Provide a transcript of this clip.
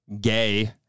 Gay